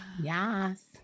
Yes